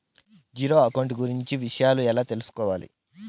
Zero account కు గురించి విషయాలను ఎలా తెలుసుకోవాలి?